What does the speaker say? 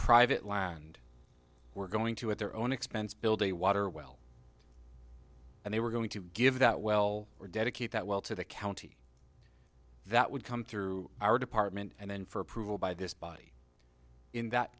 private land were going to at their own expense build a water well and they were going to give that well or dedicate that well to the county that would come through our department and then for approval by this body in that